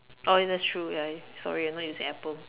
oh ya that's true ya sorry you not using apple